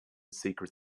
secret